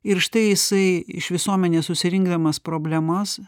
ir štai jisai iš visuomenės susirinkdamas problemas